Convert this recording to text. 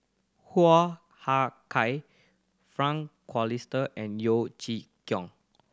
Hoo Ah Kay Frank Cloutier and Yeo Chee Kiong